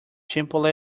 chipotle